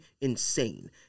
Insane